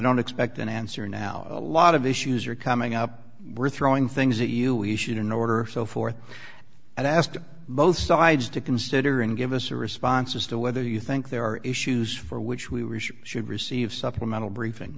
don't expect an answer now a lot of issues are coming up we're throwing things at you we should in order so forth and asked both sides to consider and give us a response as to whether you think there are issues for which we were should receive supplemental briefing